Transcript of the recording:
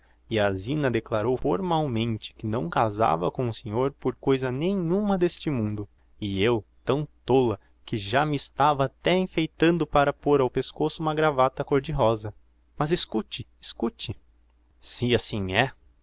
e a zina declarou formalmente que não casava com o senhor por coisa nenhuma d'este mundo e eu tão tola que já me estava até enfeitando para pôr ao pescoço uma gravata côr de rosa mas escute escute se assim é